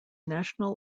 national